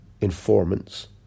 informants